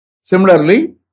Similarly